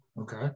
Okay